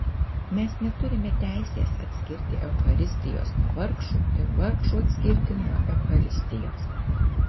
mes neturime teisės atskirti eucharistijos nuo vargšų ir vargšų atskirti nuo eucharistijos